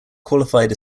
qualified